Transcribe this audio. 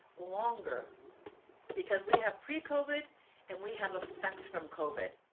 longer because we have pre covid and we have effects from covid.